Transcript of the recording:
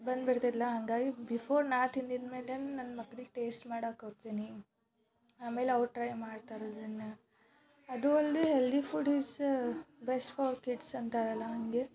ಬಂದುಬಿಡ್ತಿಲ್ಲ ಹಾಗಾಗಿ ಬಿಫೋರ್ ನಾ ತಿಂದಿದ್ಮೇಲೇ ನನ್ನ ಮಕ್ಳಿಗೆ ಟೇಸ್ಟ್ ಮಾಡಕ್ಕ ಕೊಡ್ತೀನಿ ಆಮೇಲೆ ಅವ್ರು ಟ್ರೈ ಮಾಡ್ತಾರೆ ಅದನ್ನು ಅದೂ ಅಲ್ಲದೆ healthy food is best for kids ಅಂತಾರಲ್ಲ ಹಾಗೆ